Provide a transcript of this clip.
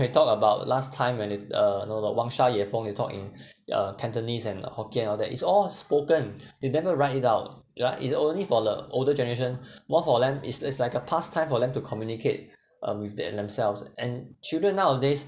when talked about last time when it uh know know the 王沙野峰 they talk in uh cantonese and hokkien all that it's all spoken they never write it out ya it's only for the older generation more for them it's it's like a past time for them to communicate um with they themselves and children nowadays